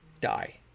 die